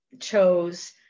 chose